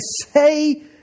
say